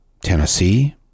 Tennessee